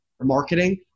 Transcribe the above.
marketing